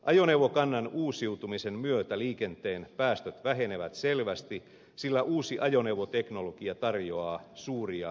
ajoneuvokannan uusiutumisen myötä liikenteen päästöt vähenevät selvästi sillä uusi ajoneuvoteknologia tarjoaa suuria mahdollisuuksia